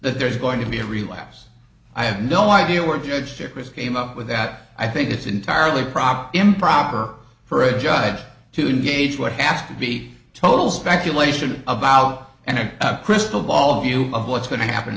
that there's going to be a relapse i have no idea where judgeship was came up with that i think it's entirely proper improper for a judge to engage what has to be total speculation about and have a crystal ball view of what's going to happen i